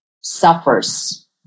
suffers